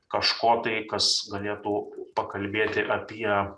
kažko tai kas galėtų pakalbėti apie